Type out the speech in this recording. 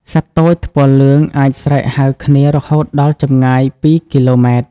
សត្វទោចថ្ពាល់លឿងអាចស្រែកហៅគ្នារហូតដល់ចម្ងាយពីរគីឡូម៉ែត្រ។